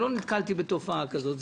לא נתקלתי בתופעה כזאת.